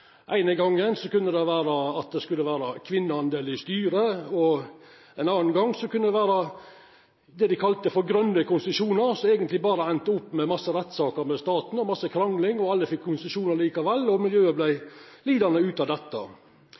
eine gongen kunne vera at det skulle vera ein viss del kvinner i styret, ein annan gong kunne det vera det ein kalla for grøne konsesjonar – som eigentleg berre enda opp med ei mengde rettssaker med staten, mykje krangling, alle fekk konsesjonar likevel, og miljøet vart lidande.